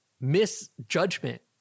misjudgment